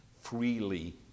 freely